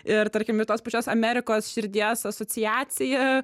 ir tarkim ir tos pačios amerikos širdies asociacija